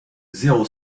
zéro